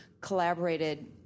collaborated